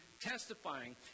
testifying